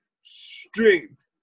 strength